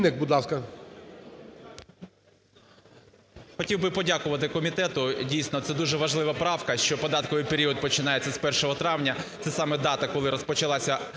Хотів би подякувати комітету, дійсно, це дуже важлива правка, що податковий період починається з 1 травня, це саме дата, коли розпочалася